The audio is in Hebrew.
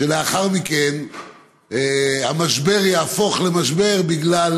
שלאחר מכן המשבר יהפוך למשבר בגלל